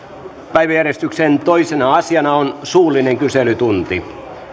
päiväjärjestyksen toisena asiana on suullinen kyselytunti